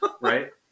Right